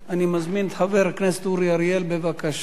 אני מזמין את חבר הכנסת אורי אריאל, בבקשה.